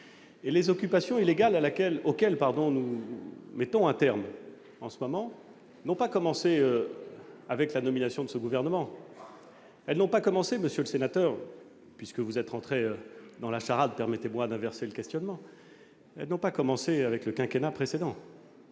Les occupations illégales auxquelles nous mettons un terme en ce moment n'ont pas commencé avec la nomination de ce gouvernement. Elles n'ont pas commencé, monsieur le sénateur- puisque vous avez procédé par charade, permettez-moi d'inverser le questionnement -, avec le quinquennat précédent